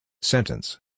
Sentence